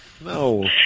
No